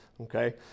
okay